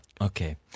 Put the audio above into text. Okay